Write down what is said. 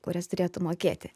kurias turėtų mokėti